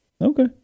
Okay